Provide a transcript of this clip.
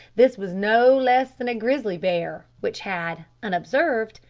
this was no less than a grizzly bear which had, unobserved,